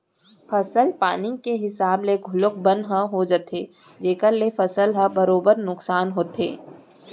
फसल पानी के हिसाब ले घलौक बन ह हो जाथे जेकर ले फसल ह बरोबर नुकसान होथे